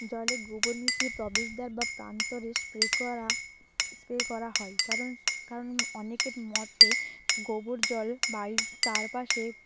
জলে গোবর মিশিয়ে প্রবেশদ্বার বা প্রান্তরে স্প্রে করা স্প্রে করা হয় কারণ কারণ অনেকের মতে গোবর জল বাড়ির চারপাশে